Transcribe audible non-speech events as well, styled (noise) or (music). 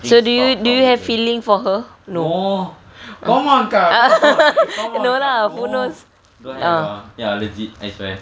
so do you do you have feeling for her no (laughs) no lah who knows